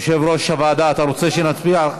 יושב-ראש הוועדה, אתה רוצה שנצביע?